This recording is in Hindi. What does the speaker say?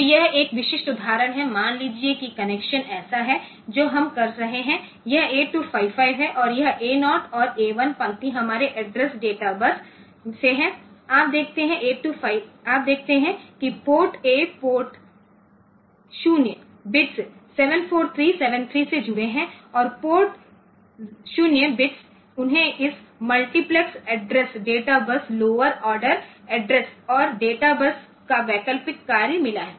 तो यह एक विशिष्ट उदाहरण है मान लीजिए कि कनेक्शन ऐसा है जो हम कर रहे हैं यह 8255 है और यह A 0 और A 1 पंक्ति हमारे एड्रेस डेट बस से है आप देखते हैं कि पोर्ट A पोर्ट 0 बिट्स 74373 से जुड़े हैं और पोर्ट 0 बिट्स उन्हें इस multiplex address data bus lower order address और डेटाबस का वैकल्पिक कार्य मिला है